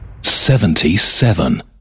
Seventy-seven